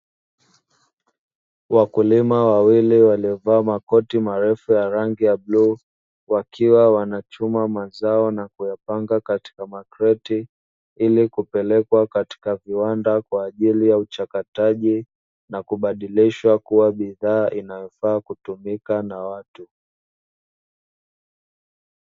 Wakulima wawili waliovalia makoti marefu ya rangi ya bluu wakiwa wanachuma mazao na kuyapanga katika makreti, ili kupelekwa katika viwanda kwa ajili ya uchakataji na kubadilishwa kuwa bidhaa inayofaa kutumika na watu.